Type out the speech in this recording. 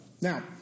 Now